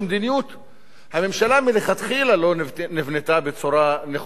הממשלה מלכתחילה לא נבנתה בצורה נכונה בנושא הכלכלי.